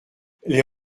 les